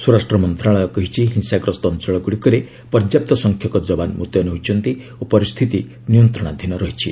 ସ୍ୱରାଷ୍ଟ୍ର ମନ୍ତ୍ରଣାଳୟ କହିଛି ହିଂସାଗ୍ରସ୍ତ ଅଞ୍ଚଳଗୁଡ଼ିକରେ ପର୍ଯ୍ୟାପ୍ତ ସଂଖ୍ୟକ ଯବାନ ମୁତ୍ୟନ ହୋଇଛନ୍ତି ଓ ପରିସ୍ଥିତି ନିୟନ୍ତ୍ରଣାଧୀନ ରହିଛି